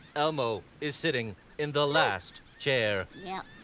elmo is sitting in the last chair. yeah.